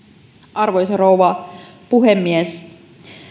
arvoisa rouva puhemies